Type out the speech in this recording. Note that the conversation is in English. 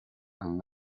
and